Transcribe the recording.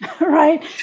right